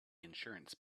insurance